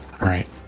Right